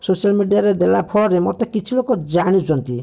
social ମିଡ଼ିଆରେ ଦେଲା ଫଳରେ ମୋତେ କିଛି ଲୋକ ଜାଣୁଛନ୍ତି